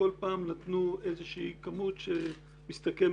כל פעם נתנו איזושהי כמות שמסתכמת